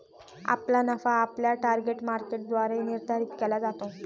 आपला नफा आपल्या टार्गेट मार्केटद्वारे निर्धारित केला जातो